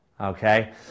Okay